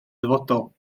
dyfodol